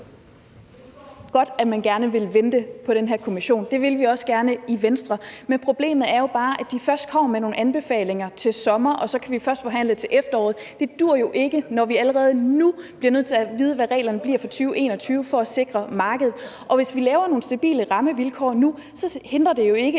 godt, at man gerne vil vente på den her kommission. Det vil vi også gerne i Venstre. Men problemet er jo bare, at de først kommer med nogle anbefalinger til sommer, og så kan vi først forhandle til efteråret. Det duer jo ikke, når vi allerede nu bliver nødt til at vide, hvad reglerne bliver for 2021, for at sikre markedet. Og hvis vi laver nogle stabile rammevilkår nu, hindrer det jo ikke,